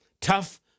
Tough